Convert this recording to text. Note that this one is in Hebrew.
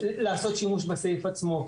לעשות שימוש בסעיף עצמו.